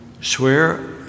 swear